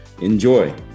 Enjoy